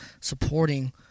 supporting